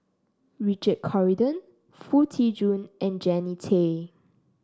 Richard Corridon Foo Tee Jun and Jannie Tay